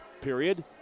period